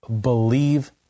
believe